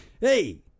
Hey